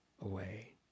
away